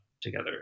together